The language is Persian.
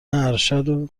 ارشد